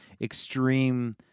extreme